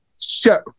shut